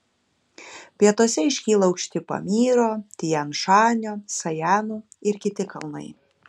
pietuose iškyla aukšti pamyro tian šanio sajanų ir kiti kalnai